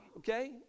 Okay